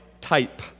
type